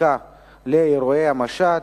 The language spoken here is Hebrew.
לבדיקת אירועי המשט.